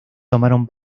tomaron